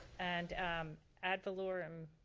and ad valorem